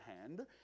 hand